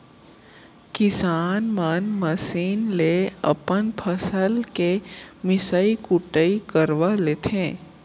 किसान मन मसीन ले अपन फसल के मिसई कुटई करवा लेथें